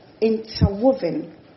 interwoven